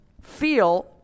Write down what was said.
feel